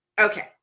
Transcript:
Okay